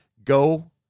Go